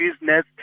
business